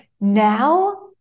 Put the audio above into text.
Now